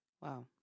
Wow